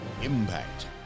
Impact